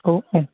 औ औ